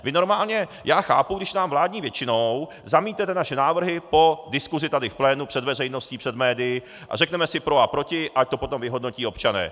Vy normálně, já chápu, když nám vládní většinou zamítnete naše návrhy po diskusi tady v plánu, před veřejností, před médii a řekneme si pro a proti, ať to potom vyhodnotí občané.